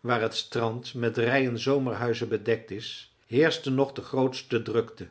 waar het strand met rijen zomerhuizen bedekt is heerschte nog de grootste drukte